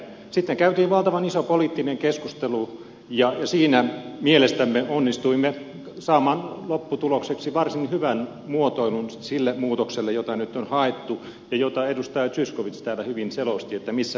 sitten käytiin valtavan iso poliittinen keskustelu ja siinä mielestämme onnistuimme saamaan lopputulokseksi varsin hyvän muotoilun sille muutokselle jota nyt on haettu ja jota edustaja zyskowicz täällä hyvin selosti missä mennään